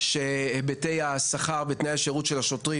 שהיבטי השכר ותנאי השירות של השוטרים,